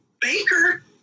Baker